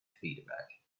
feedback